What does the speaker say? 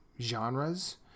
genres